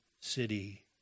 city